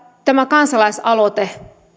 tämä kansalaisaloite